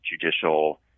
judicial